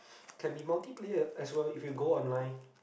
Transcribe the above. can be multiplayer as well if you go online